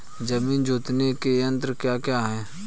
जमीन जोतने के यंत्र क्या क्या हैं?